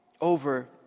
Over